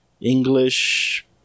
English